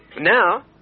Now